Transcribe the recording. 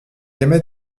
aimait